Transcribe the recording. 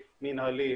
מנהלי,